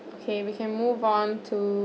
okay we can move on to